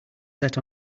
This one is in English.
set